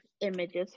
images